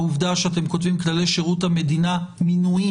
העובדה שאתם כותבים כללי שירות המדינה (מינויים)